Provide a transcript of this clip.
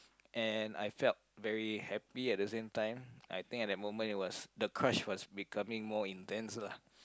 and I felt very happy at the same I think at that moment it was the crush was becoming more intense lah